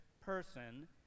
person